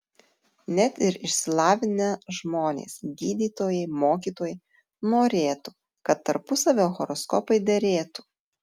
net ir išsilavinę žmonės gydytojai mokytojai norėtų kad tarpusavio horoskopai derėtų